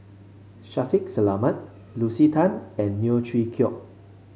Shaffiq Selamat Lucy Tan and Neo Chwee Kok